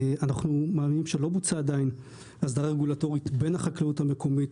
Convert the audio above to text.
אנחנו מאמינים שעדיין לא בוצעה הסדרה רגולטורית בין החקלאות המקומית,